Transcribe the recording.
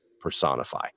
personify